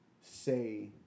say